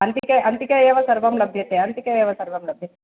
अन्तिके अन्तिके एव सर्वं लभ्यते अन्तिके एव सर्वं लभ्यते